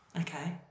Okay